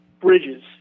Bridges